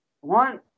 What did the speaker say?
one